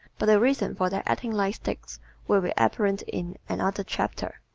but the reason for their acting like sticks will be apparent in another chapter.